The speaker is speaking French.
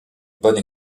bonne